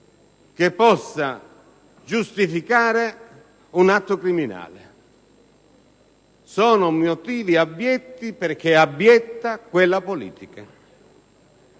che possa giustificare un atto criminale. Sono motivi abietti perché è abietta quella politica.